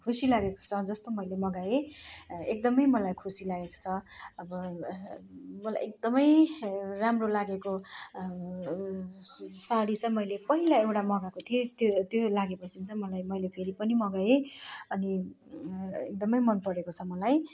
खुसी लागेको छ जस्तो मैले मगाएँ एकदमै मलाई खुसी लागेको छ अब मलाई एकदमै राम्रो लागेको साडी चाहिँ मैले पहिला एउटा मगाएको थिएँ त्यो त्यो लागेपछि चाहिँ मलाई मैले फेरि पनि मगाएँ अनि एकदमै मनपरेको छ मलाई